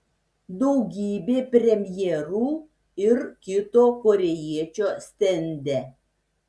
daugybė premjerų ir kito korėjiečio stende